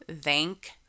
thank